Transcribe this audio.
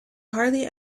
hardly